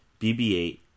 BB-8